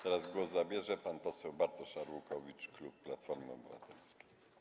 Teraz głos zabierze pan poseł Bartosz Arłukowicz, klub Platformy Obywatelskiej.